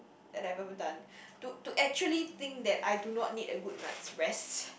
that I have ever done to to actually think that I do not need a good night's rest